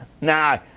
nah